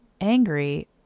angry